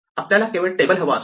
आपल्याला केवळ टेबल हवा असतो